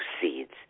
seeds